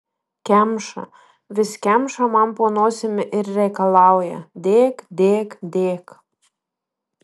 kemša vis kemša man po nosim ir reikalauja dėk dėk dėk